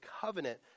covenant